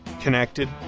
connected